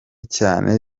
cyane